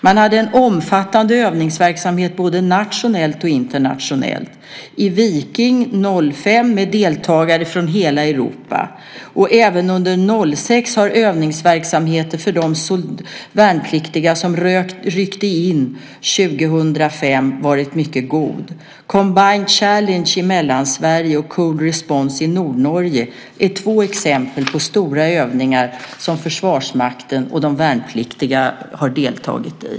Man hade en omfattande övningsverksamhet, både nationellt och internationellt, i Viking 05 med deltagare från hela Europa. Även under 2006 har övningsverksamheten för de värnpliktiga som ryckte in 2005 varit mycket god. Combined Challenge i Mellansverige och Cold Response i Nordnorge är två exempel på stora övningar som Försvarsmakten och de värnpliktiga har deltagit i.